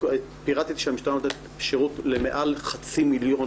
פירטתי שהמשטרה נותנת שירות למעל חצי מיליון